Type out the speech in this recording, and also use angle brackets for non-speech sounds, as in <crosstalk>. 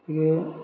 <unintelligible>